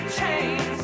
chains